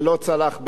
ולא צלח בידי.